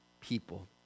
people